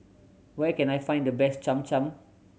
where can I find the best Cham Cham